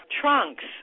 trunks